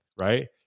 right